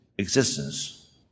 existence